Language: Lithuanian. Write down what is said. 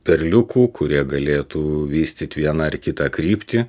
perliukų kurie galėtų vystyti vieną ar kitą kryptį